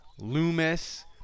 Loomis